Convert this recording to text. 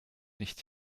nicht